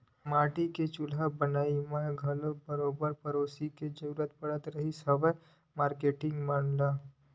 माटी के चूल्हा बनई म घलो बरोबर पेरोसी के जरुरत पड़त रिहिस हवय मारकेटिंग मन ल